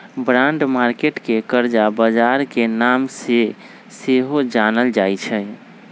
bond market के करजा बजार के नाम से सेहो जानल जाइ छइ